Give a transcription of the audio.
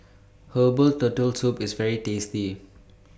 Herbal Turtle Soup IS very tasty